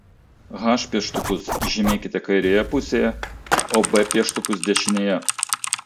h pieštukus žymėkite kairėje pusėje o b pieštukus dešinėje